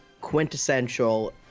quintessential